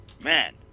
Man